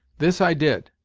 this i did,